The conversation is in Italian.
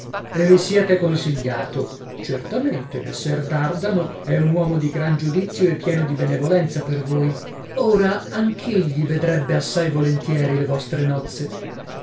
e vi siete consigliato certamente messer dardano è un uomo di gran giudizio e pieno di benevolenza per voi ora anch'egli vedrebbe assai volentieri le vostre nozze